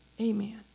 Amen